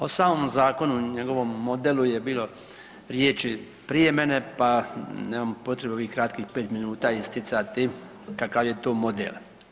O samom zakonu i njegovom modelu je bilo riječi prije mene pa nemam potrebe u ovih kratkih 5 min isticati kakav je to model.